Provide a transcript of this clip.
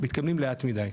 מתקדמים לאט מידי.